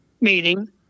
meeting